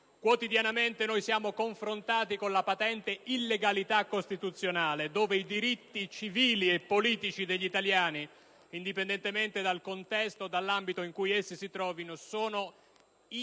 Quotidianamente siamo confrontati con la patente illegalità costituzionale per cui i diritti civili e politici degli italiani - indipendentemente dal contesto o dall'ambito in cui essi si trovino - non sono